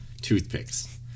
toothpicks